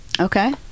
Okay